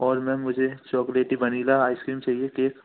और मैम मुझे चॉकलेटी वनीला आइसक्रीम चाहिए केक